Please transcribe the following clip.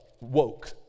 woke